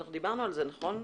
אנחנו דיברנו על זה, נכון?